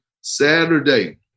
Saturday